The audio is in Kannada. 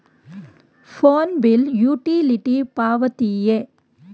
ಫೋನ್ ಬಿಲ್ ಯುಟಿಲಿಟಿ ಪಾವತಿಯೇ?